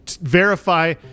verify